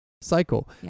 cycle